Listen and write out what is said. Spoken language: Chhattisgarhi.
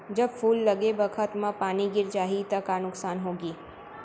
जब फूल लगे बखत म पानी गिर जाही त का नुकसान होगी?